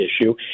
issue